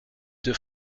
deux